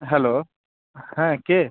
hello হ্যাঁ কে